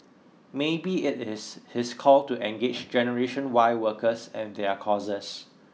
maybe it is his call to engage generation Y workers and their causes